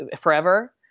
forever